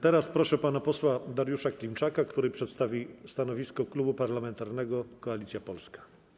Teraz proszę pana posła Dariusza Klimczaka, który przedstawi stanowisko Klubu Parlamentarnego Koalicja Polska.